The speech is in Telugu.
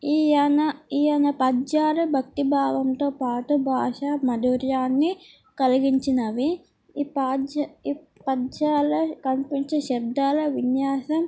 ఈయన ఈయన పద్యాలు భక్తి భావంతో పాటు భాషా మధుర్యాన్ని కలిగించినవి ఈ ఈ పద్యాల కనిపించే శబ్దాల విన్యాసం